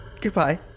Goodbye